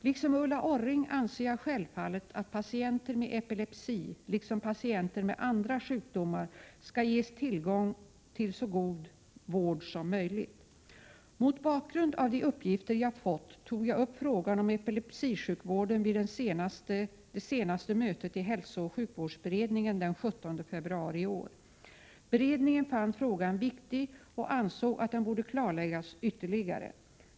Liksom Ulla Orring anser jag självfallet att patienter med epilepsi, liksom patienter med andra sjukdomar, skall ges tillgång till så god vård som möjligt. Mot bakgrund av de uppgifter jag fått tog jag upp frågan om epilepsisjukvården vid det senaste mötet i hälsooch sjukvårdsberedningen den 17 februari i år. Beredningen fann frågan viktig och ansåg att den borde klarläggas ytterligare.